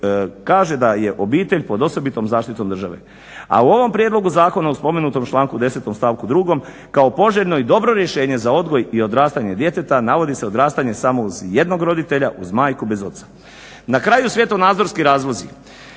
kaže da je obitelj pod osobitom zaštitom države. A u ovom prijedlogu zakona u spomenutom članku 10. stavku drugom kao poželjno i dobro rješenje za odgoj i odrastanje djeteta navodi se odrastanje samo uz jednog roditelja, uz majku bez oca. Na kraju svjetonazorski razlozi.